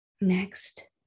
Next